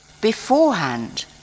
beforehand